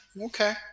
Okay